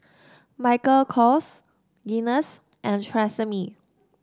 Michael Kors Guinness and Tresemme